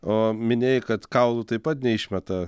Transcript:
o minėjai kad kaulų taip pat neišmeta